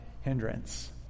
hindrance